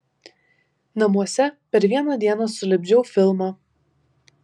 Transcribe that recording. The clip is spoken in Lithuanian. namuose per vieną dieną sulipdžiau filmą